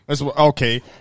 Okay